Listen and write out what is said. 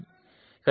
W